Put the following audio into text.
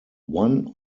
one